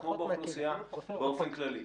כמו באוכלוסייה באופן כללי.